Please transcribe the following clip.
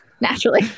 naturally